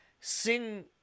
sing